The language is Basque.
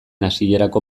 hasierako